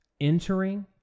Entering